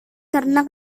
karena